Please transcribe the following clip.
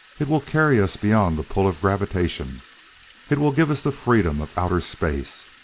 it will carry us beyond the pull of gravitation it will give us the freedom of outer space.